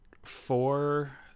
four